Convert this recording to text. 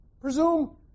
Presume